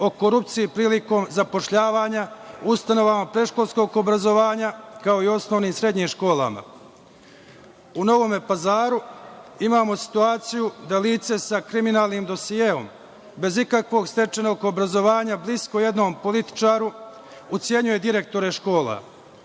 o korupciji prilikom zapošljavanja u ustanovama predškolskog obrazovanja, kao i u osnovnim i srednjim školama.U Novom Pazaru imamo situaciju da lice sa kriminalnim dosijeom, bez ikakvog stečenog obrazovanja, blisko jednom političaru, ucenjuje direktore škola,